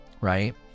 right